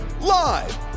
live